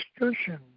discussion